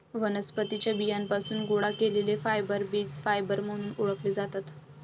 वनस्पतीं च्या बियांपासून गोळा केलेले फायबर बीज फायबर म्हणून ओळखले जातात